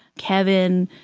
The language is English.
kevin,